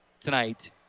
tonight